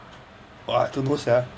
!wah! don't know sia